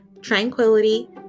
tranquility